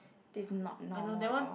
this is not normal at all